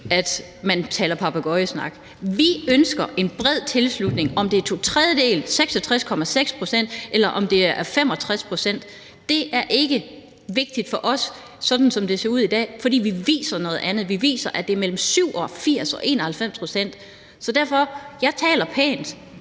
at nogen taler papegøjesnak. Vi ønsker en bred tilslutning – om det er to tredjedele, 66,6 pct. eller 65 pct., er ikke vigtigt for os, sådan som det ser ud i dag, for vi viser noget andet. Vi viser, at tilslutningen ligger mellem 87 og 91 pct. Så derfor vil jeg sige, at